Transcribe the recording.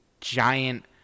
giant